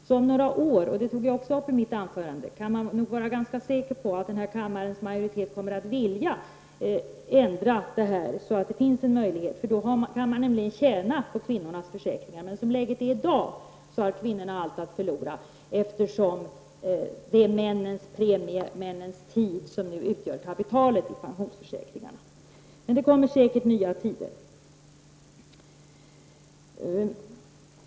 Som jag nämnde i mitt anförande kan man vara ganska säker på att en majoritet i denna kammare om några år kommer att vara villig att ändra dessa bestämmelser. Om några år kan man nämligen tjäna på kvinnornas försäkringar. Men som läget är i dag har kvinnorna allt att förlora, eftersom det är männens premier, männens tid som nu utgör kapitalet i pensionsförsäkringarna. Men det kommer säkert nya tider.